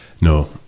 No